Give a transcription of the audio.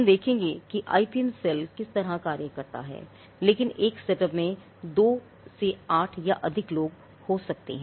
हम देखेंगे कि आईपीएम सेल किस तरह के कार्य करता है लेकिन एक सेटअप में 2 से 8 या अधिक लोग हो सकते हैं